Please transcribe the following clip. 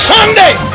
Sunday